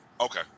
Okay